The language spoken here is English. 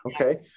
okay